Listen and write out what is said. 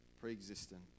pre-existent